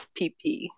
PP